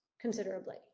considerably